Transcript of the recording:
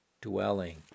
dwelling